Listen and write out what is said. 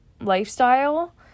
lifestyle